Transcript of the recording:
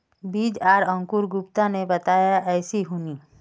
बीज आर अंकूर गुप्ता ने बताया ऐसी होनी?